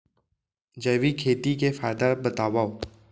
जैविक खेती के फायदा बतावा?